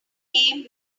came